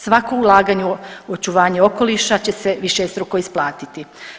Svako ulaganje u očuvanje okoliša će se višestruko isplatiti.